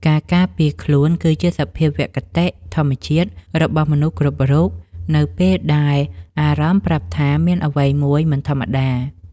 ការការពារខ្លួនគឺជាសភាវគតិធម្មជាតិរបស់មនុស្សគ្រប់រូបនៅពេលដែលអារម្មណ៍ប្រាប់ថាមានអ្វីមួយមិនធម្មតា។